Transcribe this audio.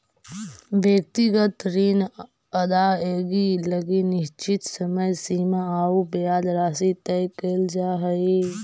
व्यक्तिगत ऋण अदाएगी लगी निश्चित समय सीमा आउ ब्याज राशि तय कैल जा हइ